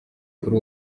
kuri